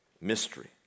mystery